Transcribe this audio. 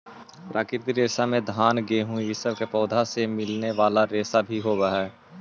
प्राकृतिक रेशा में घान गेहूँ इ सब के पौधों से मिलने वाले रेशा भी होवेऽ हई